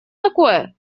такое